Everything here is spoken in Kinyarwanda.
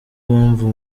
mpamvu